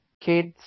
kids